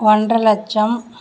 ஒன்ரை லட்சம்